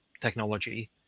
technology